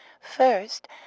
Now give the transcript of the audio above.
First